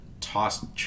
tossed